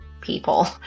people